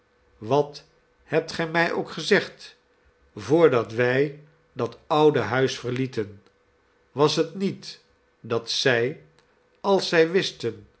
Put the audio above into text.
wat hebt gij mij ook gezegd voordat wij dat oude huis verlieten was het niet dat zij als zij wisten